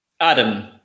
Adam